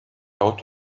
out